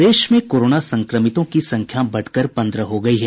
प्रदेश में कोरोना संक्रमितों की संख्या बढ़ कर पन्द्रह हो गयी है